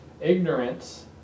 Ignorance